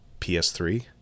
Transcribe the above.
PS3